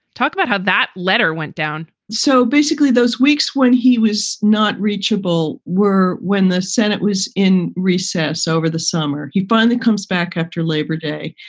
talk about how that letter went down so basically those weeks when he was not reachable were when the senate was in recess over the summer. he finally comes back after labor day.